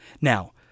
Now